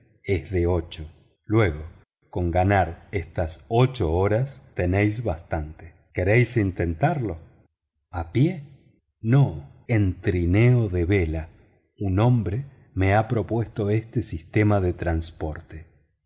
es de ocho luego con ganar estas ocho horas tenéis bastante queréis intentarlo a pie no en trineo de vela un hombre me ha propuesto este sistema de transporte